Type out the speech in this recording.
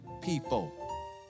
people